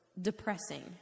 depressing